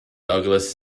douglas